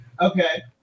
okay